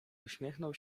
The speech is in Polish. uśmiechnął